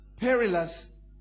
perilous